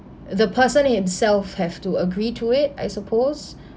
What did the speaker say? the person he himself have to agree to it I suppose